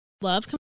love